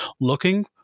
looking